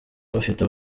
bafite